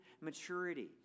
maturity